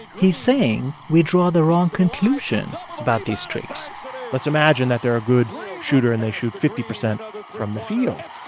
he's saying we draw the wrong conclusions about these streaks let's imagine that they're a good shooter, and they shoot fifty percent from the field.